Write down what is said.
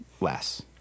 less